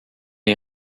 est